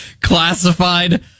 Classified